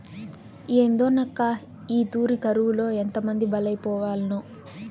ఏందోనక్కా, ఈ తూరి కరువులో ఎంతమంది బలైపోవాల్నో